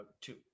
two